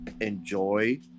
enjoy